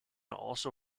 also